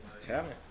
Talent